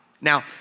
Now